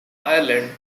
ireland